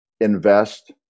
invest